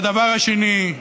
והדבר השני,